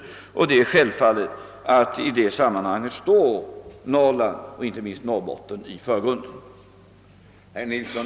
Självfallet står i detta sammanhang Norrland och inte minst Norrbotten i förgrunden.